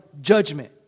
judgment